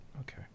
Okay